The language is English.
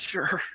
Sure